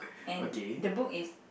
and the book is